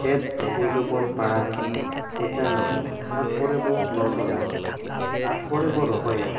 ᱠᱷᱮᱛ ᱯᱩᱭᱞᱩ ᱵᱚᱱ ᱯᱟᱲᱟᱜᱟ ᱯᱚᱪᱟᱱ ᱟᱵᱚᱱ ᱛᱟᱨᱯᱚᱨᱮ ᱵᱚᱱ ᱞᱚᱥᱚᱫᱟ ᱛᱟᱨᱯᱚᱨᱮ ᱵᱚᱱ ᱨᱚᱦᱚᱭᱟ